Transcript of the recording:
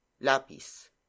LAPIS